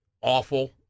awful